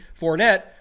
Fournette